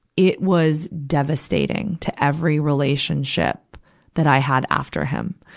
it was devastating to every relationship that i had after him.